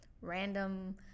random